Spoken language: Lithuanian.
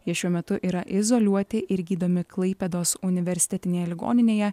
jie šiuo metu yra izoliuoti ir gydomi klaipėdos universitetinėje ligoninėje